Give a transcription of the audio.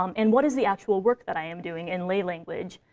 um and what is the actual work that i am doing, in lay language?